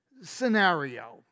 scenario